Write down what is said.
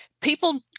People